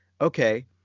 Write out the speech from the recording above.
okay